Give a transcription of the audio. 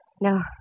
no